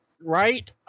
Right